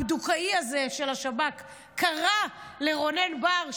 הבדוקאי הזה של השב"כ קרא "פקיד" לרונן בר,